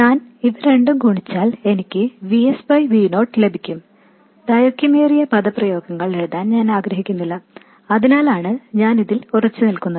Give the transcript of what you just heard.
ഞാൻ ഇവ രണ്ടും ഗുണിച്ചാൽ എനിക്ക് V s V o ലഭിക്കും ദൈർഘ്യമേറിയ എക്സ്പ്രഷൻ എഴുതാൻ ഞാൻ ആഗ്രഹിക്കുന്നില്ല അതിനാലാണ് ഞാൻ ഇതിൽ ഉറച്ചുനിൽക്കുന്നത്